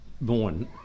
born